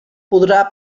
podrà